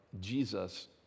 jesus